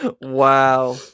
wow